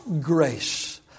grace